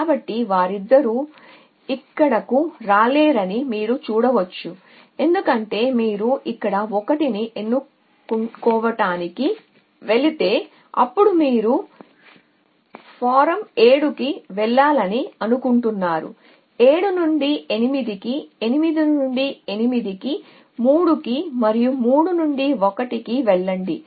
కాబట్టి వారిద్దరూ ఇక్కడకు రాలేరని మీరు చూడవచ్చు ఎందుకంటే మీరు ఇక్కడ 1 ని ఎన్నుకోవటానికి వెళితే అప్పుడు మీరు ఫారమ్ 7 కి వెళ్లాలని అనుకుంటున్నారు 7 నుండి 8 కి 8 నుండి 8 కి 3 కి మరియు 3 నుండి 1 కి వెళ్ళండి